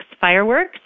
Fireworks